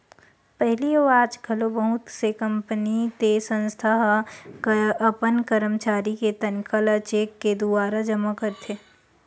पहिली अउ आज घलो बहुत से कंपनी ते संस्था ह अपन करमचारी के तनखा ल चेक के दुवारा जमा करथे